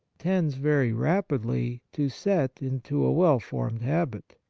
tends very rapidly to set into a well-formed habit.